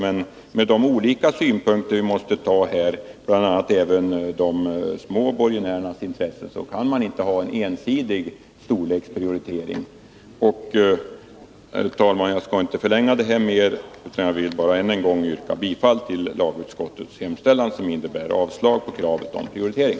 Men med de olika omständigheter som det måste tas hänsyn till, bl.a. även de små borgenärernas intressen, kan man inte ha en ensidig storleksprioritering. Herr talman! Jag skall inte förlänga debatten mer utan vill bara än en gång yrka bifall till lagutskottets hemställan, som innebär avslag på kravet om prioritering.